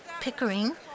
Pickering